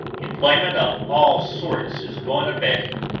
employment of all sorts is going a begging,